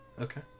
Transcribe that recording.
Okay